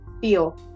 feel